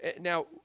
Now